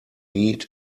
need